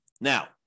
Now